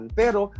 pero